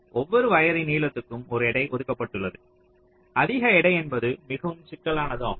ஒவ்வொரு வயரின் நீளத்துக்கும் ஒரு எடை ஒதுக்கப்பட்டுள்ளது அதிக எடை என்பது மிகவும் சிக்கலானது ஆகும்